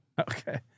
Okay